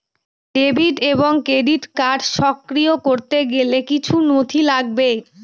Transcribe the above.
Debit এবং credit card সক্রিয় করতে গেলে কিছু নথি লাগবে?